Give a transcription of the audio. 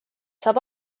saab